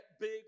big